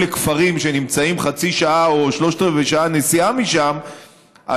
בכפרים שנמצאים חצי שעה או שלושת-רבעי שעה נסיעה משם,